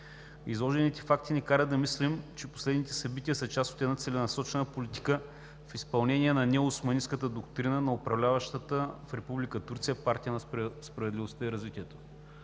Изложените факти ни карат да мислим, че последните събития са част от целенасочена политика в изпълнение на неоосманистката доктрина на управляващата в Република Турция Партия на справедливостта и развитието.